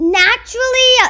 naturally